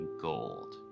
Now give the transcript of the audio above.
Gold